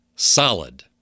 Solid